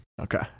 Okay